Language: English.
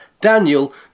Daniel